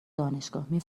دانشگاهمی